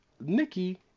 Nikki